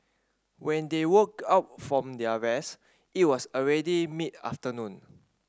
when they woke up from their rest it was already mid afternoon